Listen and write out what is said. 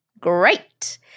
Great